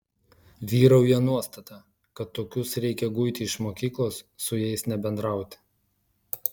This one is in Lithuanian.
vyrauja nuostata kad tokius reikia guiti iš mokyklos su jais nebendrauti